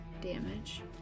damage